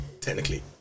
technically